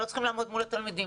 לא צריכים לעמוד מול התלמידים.